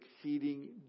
exceeding